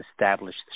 established